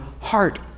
heart